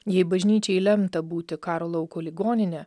jei bažnyčiai lemta būti karo lauko ligonine